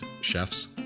chefs